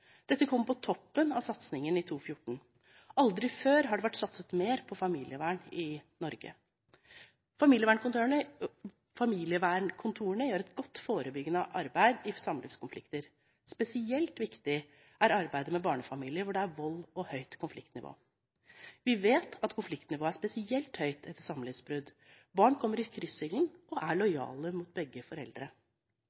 dette budsjettet. Dette kommer på toppen av satsingen i 2014. Aldri før har det vært satset mer på familievern i Norge. Familievernkontorene gjør et godt forebyggende arbeid i samlivskonflikter. Spesielt viktig er arbeidet med barnefamilier hvor det er vold og høyt konfliktnivå. Vi vet at konfliktnivået er spesielt høyt etter samlivsbrudd. Barn kommer i kryssilden og er